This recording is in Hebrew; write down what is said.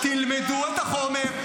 תלמדו את החומר.